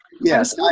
yes